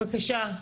אוקי, בבקשה.